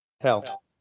Hell